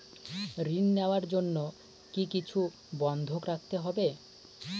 ঋণ নেওয়ার জন্য কি কিছু বন্ধক রাখতে হবে?